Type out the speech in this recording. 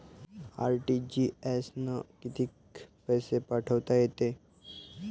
RTGS न कितीक पैसे पाठवता येते?